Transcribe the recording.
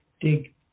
dig